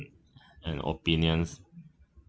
and opinions